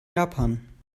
japan